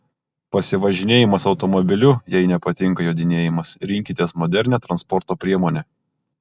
pasivažinėjimas automobiliu jei nepatinka jodinėjimas rinkitės modernią transporto priemonę